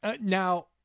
now